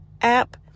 app